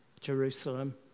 Jerusalem